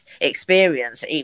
experience